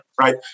right